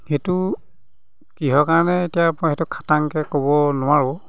সেইটো কিহৰ কাৰণে এতিয়া সেইটো খাটাংকৈ ক'ব নোৱাৰোঁ